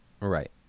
Right